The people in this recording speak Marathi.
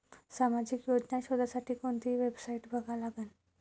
सामाजिक योजना शोधासाठी कोंती वेबसाईट बघा लागन?